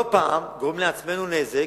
לא פעם אנחנו גורמים לעצמנו נזק,